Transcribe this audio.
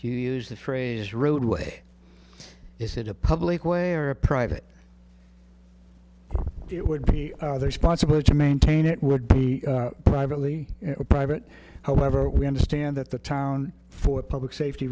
you use the phrase roadway is it a public way or a private it would be responsible to maintain it would be privately private however we understand that the town for public safety